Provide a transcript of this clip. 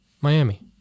Miami